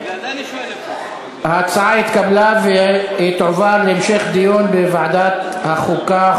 ההצעה התקבלה והיא תועבר להמשך דיון בוועדת החוקה,